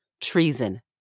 Treason